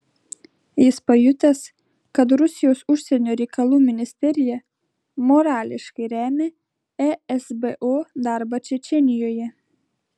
jis pajutęs kad rusijos užsienio reikalų ministerija morališkai remia esbo darbą čečėnijoje